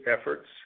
efforts